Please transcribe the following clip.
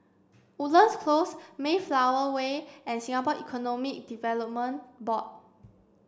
woodlands Close Mayflower Way and Singapore Economic Development Board